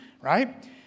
right